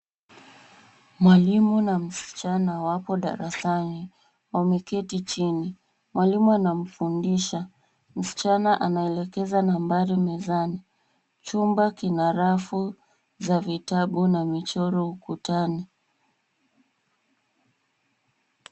Mwalimu na msichana wapo darasani. Wameketi chini. Mwalimu anamfundisha. Msichana anaelekeza nambari mezani. Chumba kina rafu za vitabu na michoro ukutani.